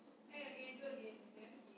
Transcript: okay